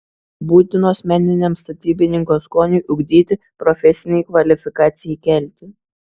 būtinos meniniam statybininko skoniui ugdyti profesinei kvalifikacijai kelti